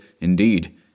indeed—